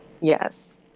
Yes